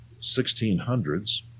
1600s